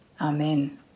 Amen